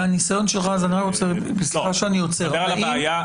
סליחה שאני עוצר אותך.